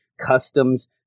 customs